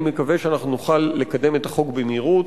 אני מקווה שנוכל לקדם את החוק במהירות,